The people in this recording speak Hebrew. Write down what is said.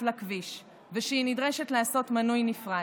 לכביש ושהיא נדרשת לעשות מינוי נפרד.